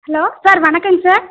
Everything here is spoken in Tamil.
ஹலோ சார் வணக்கம்ங்க சார்